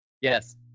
Yes